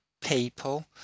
people